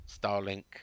Starlink